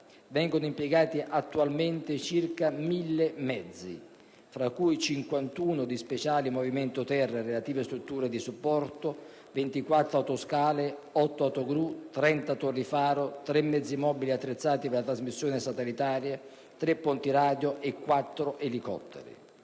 Vengono attualmente impiegati circa 1.000 mezzi, tra cui 51 mezzi speciali movimento terra e relative strutture di supporto, 24 autoscale, 8 autogru, 30 torri faro, 3 mezzi mobili attrezzati per la trasmissione satellitare, 3 ponti radio mobili e 4 elicotteri.